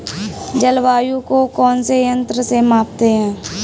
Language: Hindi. जलवायु को कौन से यंत्र से मापते हैं?